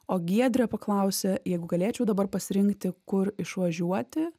o giedrė paklausė jeigu galėčiau dabar pasirinkti kur išvažiuoti